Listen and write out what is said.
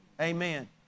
Amen